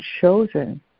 chosen